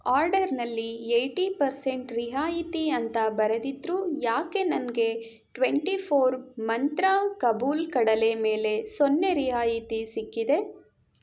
ಆರ್ಡರ್ನಲ್ಲಿ eighty percent ರಿಯಾಯಿತಿ ಅಂತ ಬರೆದಿದ್ದರೂ ಯಾಕೆ ನನಗೆ ಟ್ವೆಂಟಿಫೋರ್ ಮಂತ್ರ ಕಾಬೂಲ್ ಕಡಲೆ ಮೇಲೆ ಸೊನ್ನೆ ರಿಯಾಯಿತಿ ಸಿಕ್ಕಿದೆ